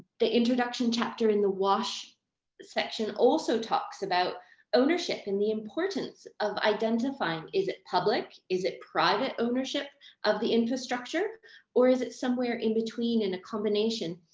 the introduction chapter in the wash section also talks about ownership and the importance of identifying is it public, is it private ownership of the infrastructure or is it somewhere in between in a combination?